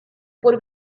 por